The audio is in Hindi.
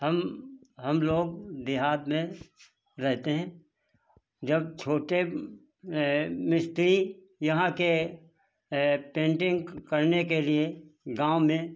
हम हमलोग देहात में रहते हैं जब छोटे मिस्त्री यहाँ के पेन्टिन्ग करने के लिए गाँव में